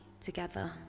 together